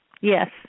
Yes